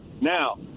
Now